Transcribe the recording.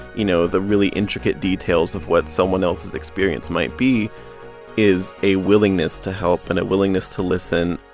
you know, the really intricate details of what someone else's experience might be is a willingness to help and a willingness to listen